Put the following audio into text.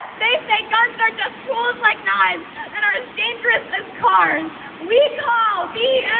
they say guns are just tools like knives and are as dangerous as cars we call bs